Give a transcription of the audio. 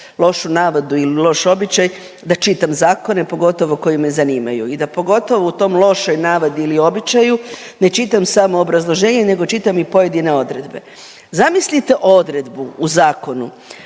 lošu navadu ili loš običaj da čitam zakone pogotovo koji me zanimaju. I da pogotovo u toj lošoj navadi ili običaju ne čitam samo obrazloženje nego čitam i pojedine odredbe. Zamislite odredbu u zakonu,